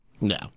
No